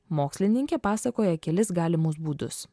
mokslininkė pasakoja kelis galimus būdus